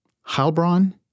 Heilbronn